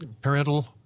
parental